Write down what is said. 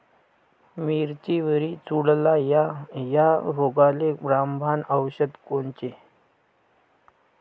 मिरचीवरील चुरडा या रोगाले रामबाण औषध कोनचे?